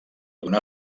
donar